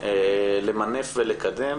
למנף ולקדם,